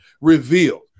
revealed